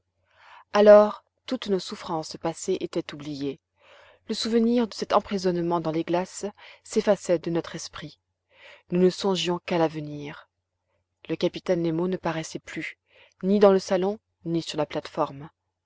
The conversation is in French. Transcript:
alors toutes nos souffrances passées étaient oubliées le souvenir de cet emprisonnement dans les glaces s'effaçait de notre esprit nous ne songions qu'à l'avenir le capitaine nemo ne paraissait plus ni dans le salon ni sur la plate-forme